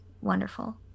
Wonderful